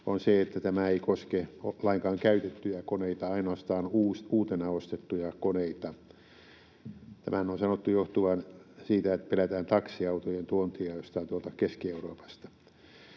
on se, että tämä ei koske lainkaan käytettyjä koneita, ainoastaan uutena ostettuja koneita. Tämän on sanottu johtuvan siitä, että pelätään taksiautojen tuontia jostain tuolta Keski-Euroopasta.